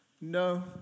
No